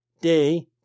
day